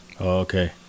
Okay